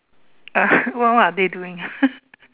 uh what what are they doing ah